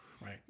Right